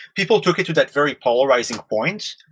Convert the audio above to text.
people took it to that very polarizing point,